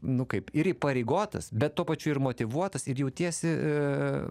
nu kaip ir įpareigotas bet tuo pačiu ir motyvuotas ir jautiesi